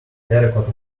terracotta